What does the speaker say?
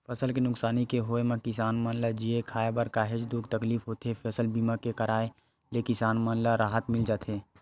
फसल के नुकसानी के होय म किसान मन ल जीए खांए बर काहेच दुख तकलीफ होथे फसल बीमा के कराय ले किसान मन ल राहत मिल जाथे